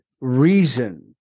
reason